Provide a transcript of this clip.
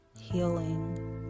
healing